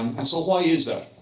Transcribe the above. and so why is that?